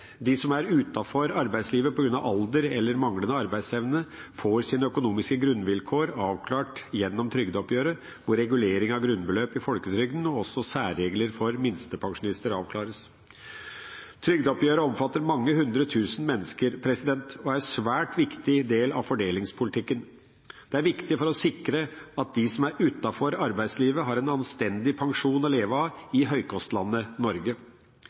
De som er utenfor arbeidslivet på grunn av alder eller manglende arbeidsevne, får sine økonomiske grunnvilkår avklart gjennom trygdeoppgjøret, hvor regulering av grunnbeløp i folketrygden og særregler for minstepensjonister avklares. Trygdeoppgjøret omfatter mange hundre tusen mennesker og er en svært viktig del av fordelingspolitikken. Det er viktig for å sikre at de som er utenfor arbeidslivet, har en anstendig pensjon å leve av i høykostlandet Norge.